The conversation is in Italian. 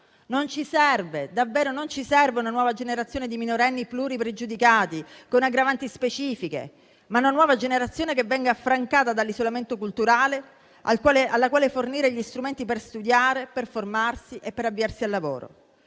non ci serve una nuova generazione di minorenni pluripregiudicati con aggravanti specifiche, ma una nuova generazione che venga affrancata dall'isolamento culturale alla quale fornire gli strumenti per studiare, per formarsi e per avviarsi al lavoro.